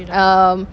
um